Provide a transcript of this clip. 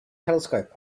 telescope